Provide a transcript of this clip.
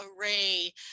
array